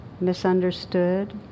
misunderstood